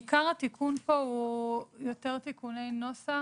עיקר התיקון פה הוא יותר תיקוני נוסח,